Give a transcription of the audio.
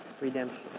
redemption